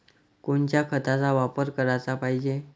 कोनच्या खताचा वापर कराच पायजे?